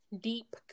deep